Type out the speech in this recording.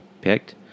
picked